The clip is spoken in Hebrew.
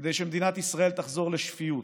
כדי שמדינת ישראל תחזור לשפיות,